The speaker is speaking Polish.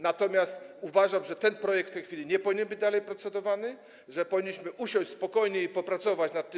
Natomiast uważam, że nad tym projektem w tej chwili nie powinniśmy dalej procedować, że powinniśmy usiąść spokojnie i popracować nad nim.